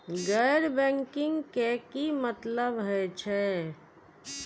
गैर बैंकिंग के की मतलब हे छे?